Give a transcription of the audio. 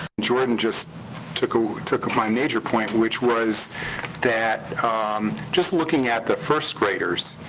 jordan just took ah took my major point, which was that um just looking at the first-graders,